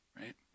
right